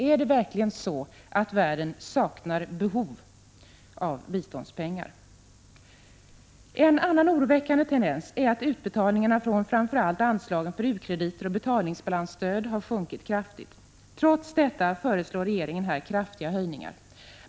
Är det verkligen så att världen saknar behov av biståndspengar? En annan oroväckande tendens är att utbetalningarna från framför allt anslagen för u-krediter och betalningsbalansstöd har sjunkit kraftigt. Trots detta föreslår regeringen här kraftiga höjningar.